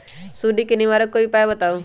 सुडी से निवारक कोई उपाय बताऊँ?